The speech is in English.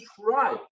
try